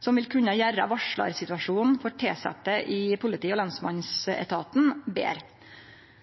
som vil kunne gjere varslarsituasjonen for tilsette i politi- og lensmannsetaten betre.